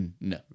no